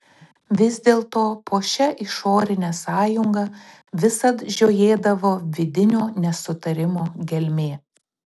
vis dėlto po šia išorine sąjunga visad žiojėdavo vidinio nesutarimo gelmė